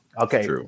Okay